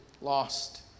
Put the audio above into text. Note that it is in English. lost